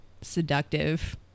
seductive